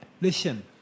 listen